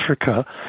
Africa